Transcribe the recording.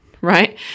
right